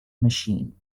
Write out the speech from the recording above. machine